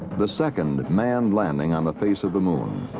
the second manned landing on the face of the moon.